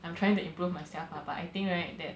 I'm trying to improve myself lah but I think right that